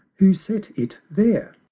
who set it there?